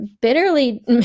bitterly